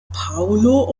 paulo